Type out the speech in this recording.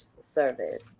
service